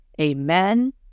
Amen